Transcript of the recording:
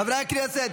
חברי הכנסת,